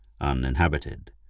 uninhabited